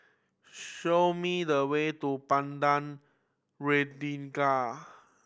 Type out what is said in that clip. show me the way to Padang